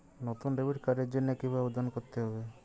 নতুন ডেবিট কার্ডের জন্য কীভাবে আবেদন করতে হবে?